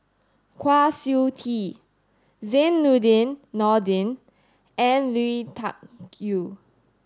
Kwa Siew Tee Zainudin Nordin and Lui Tuck Yew